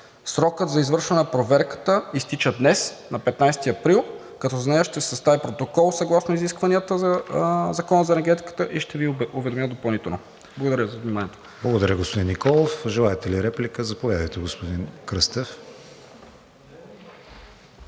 Срокът за извършване на проверката изтича днес, на 15 април, като за нея ще се състави протокол съгласно изискванията на Закона за енергетиката и ще Ви уведомя допълнително. Благодаря. ПРЕДСЕДАТЕЛ КРИСТИАН ВИГЕНИН: Благодаря, господин Николов. Желаете ли реплика? Заповядайте, господин Кръстев.